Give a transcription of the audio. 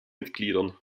mitgliedern